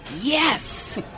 yes